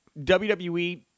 WWE